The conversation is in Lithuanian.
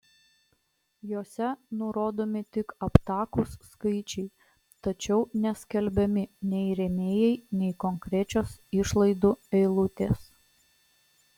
jose nurodomi tik aptakūs skaičiai tačiau neskelbiami nei rėmėjai nei konkrečios išlaidų eilutės